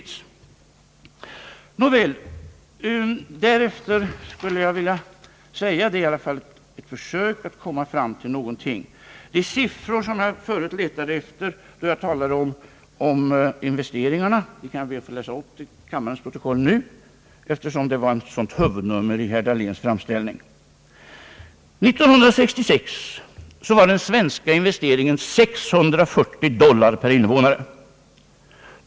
Nåväl, därefter skulle jag vilja säga att det i alla fall är ett försök att komma fram till någonting. De siffror som jag letade efter, när jag talade om investeringarna, kanske jag kan få läsa in i kammarens protokoll nu, eftersom de anknyter till ett av huvudnumren i herr Dahléns framställning. 1966 uppgick de svenska investeringarna till 640 dollar per invånare.